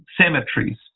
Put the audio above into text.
cemeteries